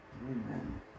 Amen